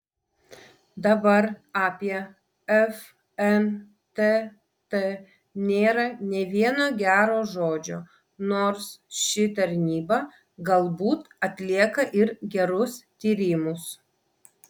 dabar apie fntt nėra nė vieno gero žodžio nors ši tarnyba galbūt atlieka ir gerus tyrimus